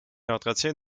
entretient